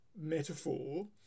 metaphor